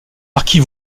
marquis